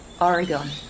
Oregon